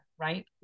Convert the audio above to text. right